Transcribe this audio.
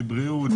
מבריאות,